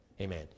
Amen